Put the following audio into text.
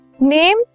Name